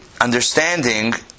understanding